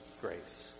grace